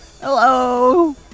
Hello